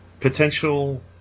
potential